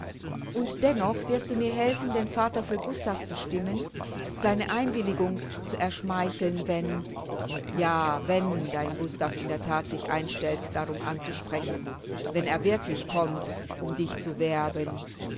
und dennoch wirst du mir helfen den vater für gustav zu stimmen seine einwilligung zu erschmeicheln wenn ja wenn dein gustav in der that sich einstellt darum anzusprechen wenn er wirklich kommt um dich zu werben